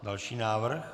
Další návrh.